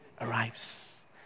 arrives